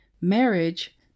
marriage